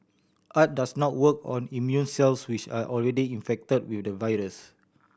art does not work on immune cells which are already infected with the virus